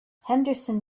henderson